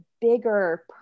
bigger